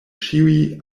ĉiuj